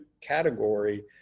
category